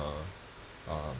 um